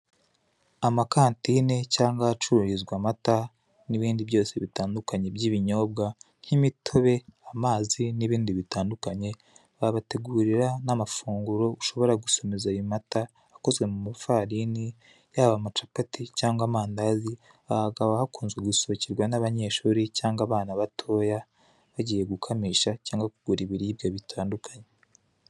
Amakantine cyangwa ahacururizwa amata n'ibindi byose bitandukanye by'ibinyobwa, nk'imitobe, amazi n'ibindi bitandukanye, babategurira n'amafunguro ushobora gusomeza ayo mata, akoze mu mafarini, yaba amacapati cyangwa amandazi, aha hakaba hakunze gusohokerwa n'abanyeshuri cyangwa abana batoya, bagiye gukamisha cyangwa kugura ibiribwa bitandukanye.